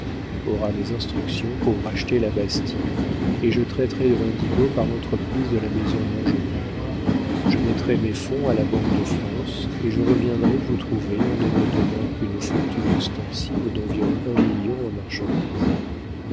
aura mes instructions pour racheter la bastie et je traiterai de l'indigo par l'entremise de la maison mongenod je mettrai mes fonds à la banque de france et je reviendrai vous trouver en ne me donnant qu'une fortune ostensible d'environ un million en marchandises